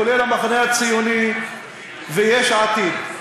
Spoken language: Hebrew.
כולל המחנה הציוני ויש עתיד.